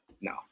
No